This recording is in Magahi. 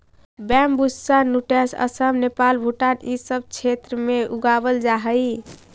बैंम्बूसा नूटैंस असम, नेपाल, भूटान इ सब क्षेत्र में उगावल जा हई